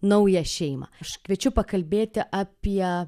naują šeimą aš kviečiu pakalbėti apie